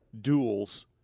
duels –